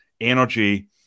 energy